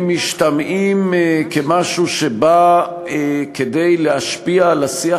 הם משתמעים כמשהו שבא כדי להשפיע על השיח